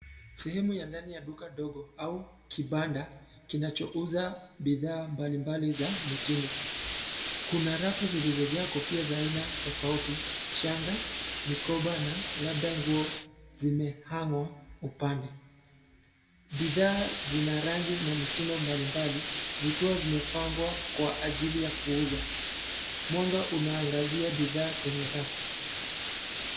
Sehemu ya ndani ya duka dogo au kibanda kinachouza bidhaa mbalimbali za mitindo. Kuna rafu zilizojaa kofia za aina tofauti, shangaa, mikoba na labda nguo zimehang'wa upande. Bidhaa zina rangi na mitindo mbalimbali zikiwa zimepangwa kwa ajili ya kuuza. Mwanga unaangazia bidhaa kwenye rafu.